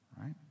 right